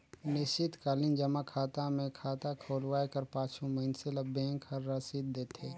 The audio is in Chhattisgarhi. निस्चित कालीन जमा खाता मे खाता खोलवाए कर पाछू मइनसे ल बेंक हर रसीद देथे